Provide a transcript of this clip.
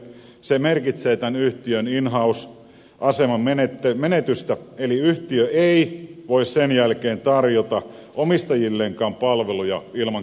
se merkitsee tämän yhtiön in house aseman menetystä eli yhtiö ei voi sen jälkeen tarjota omistajilleenkaan palveluja ilman kilpailutusta